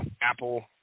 Apple